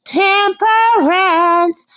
temperance